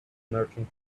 merchant